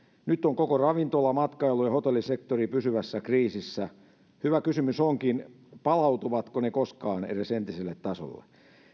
nyt on koko ravintola matkailu ja hotellisektori pysyvässä kriisissä hyvä kysymys onkin palautuvatko ne koskaan edes entiselle tasolle